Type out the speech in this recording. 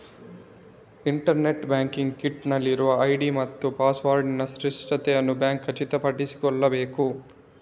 internet banking kit ನಲ್ಲಿರುವ ID ಮತ್ತು ಪಾಸ್ವರ್ಡಿನ ಸ್ಪಷ್ಟತೆಯನ್ನು ಬ್ಯಾಂಕ್ ಖಚಿತಪಡಿಸಿಕೊಳ್ಳಬೇಕು